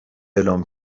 اعلام